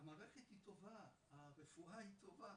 המערכת היא טובה, הרפואה היא טובה,